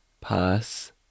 Pass